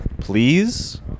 Please